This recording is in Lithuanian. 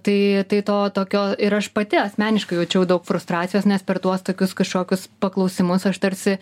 tai tai to tokio ir aš pati asmeniškai jaučiau daug frustracijos nes per tuos tokius kažkokius paklausimus aš tarsi